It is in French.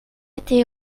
était